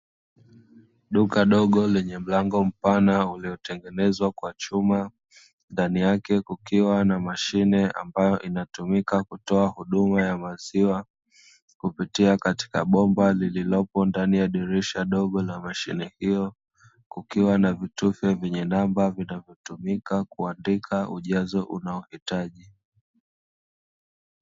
Duka dogo lenye mlango mpana uliotengenezwa kwa chuma, ndani yake kukiwa na mashine ambayo inatumika kutoa huduma ya maziwa. Kupitia katika bomba lililopo ndani ya dirisha dogo la mashine hiyo, kukiwa na vitufe vyenye namba vinavotumika kuandika ujazo unaohitaji.